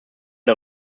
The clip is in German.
wir